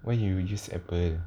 why you use apple